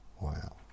Wow